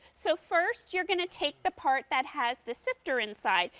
so first you're going to take the part that has the softer inside,